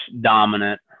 dominant